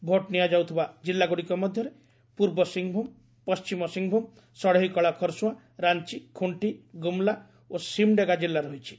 vote ନିଆଯାଉଥିବା ଜିଲ୍ଲାଗୁଡ଼ିକ ମଧ୍ୟରେ ପୂର୍ବ ସିଂହଭୂମ୍ ପଣ୍ଟିମ ସିଂହଭୂମ୍ ସଡ଼େଇକଳା ଖରସୁଆଁ ରାଞ୍ଚି ଖୁଣ୍ଢି ଗୁମଲା ଓ ସିମଡେଗା ଜିଲ୍ଲା ରହିଛି